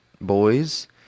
boys